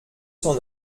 cent